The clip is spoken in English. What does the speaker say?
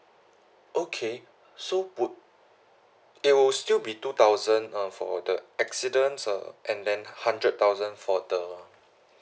okay so would it would still be two thousand uh for the accidents uh and then hundred thousand for the